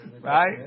right